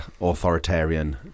authoritarian